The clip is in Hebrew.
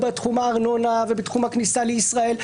בתחום הארנונה ובתחום הכניסה לישראל,